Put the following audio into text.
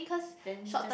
then just